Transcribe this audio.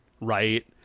Right